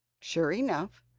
sure enough,